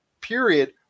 period